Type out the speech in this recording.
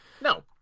No